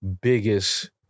biggest